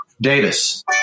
Davis